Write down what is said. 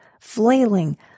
flailing